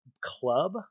club